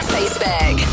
Facebook